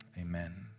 Amen